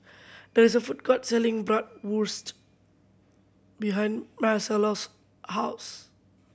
there is a food court selling Bratwurst behind Marcello's house